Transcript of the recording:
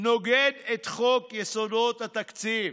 "נוגדת את חוק יסודות התקציב.